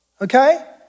okay